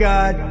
God